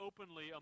openly